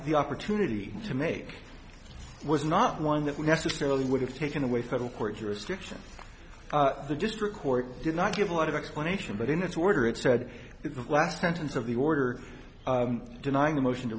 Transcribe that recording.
the opportunity to make was not one that we necessarily would have taken away federal court jurisdiction the district court did not give a lot of explanation but in its order it said in the last sentence of the order denying the motion to